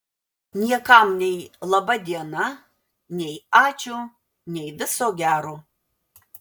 niekam nei laba diena nei ačiū nei viso gero